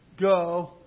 go